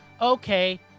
Okay